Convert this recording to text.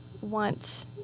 want